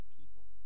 people